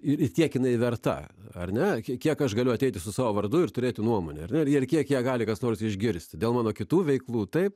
ir įtikinai verta ar ne tiek kiek aš galiu ateiti su savo vardu ir turėti nuomonę ir jie kiek ją gali kas nors išgirsti dėl mano kitų veiklų taip